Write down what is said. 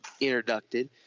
introduced